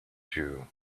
jew